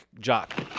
jock